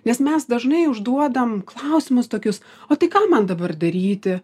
nes mes dažnai užduodam klausimus tokius o tai ką man dabar daryti